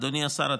אדוני השר,